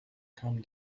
come